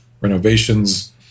renovations